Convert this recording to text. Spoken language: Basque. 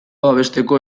babesteko